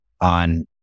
on